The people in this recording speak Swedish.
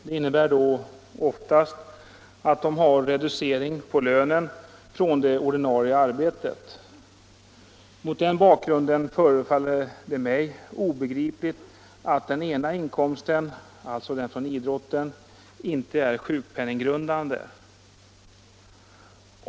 Det innebär = Rätt till sjukpenning oftast att de uppbär en reducerad lön från det ordinarie arbetet. vid förlust av Mot denna bakgrund förefaller det mig obegripligt att den ena in = idrottsinkomst komsten, alltså den från idrotten, inte är sjukpenninggrundande.